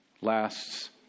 lasts